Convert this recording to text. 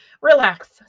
relax